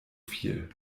viel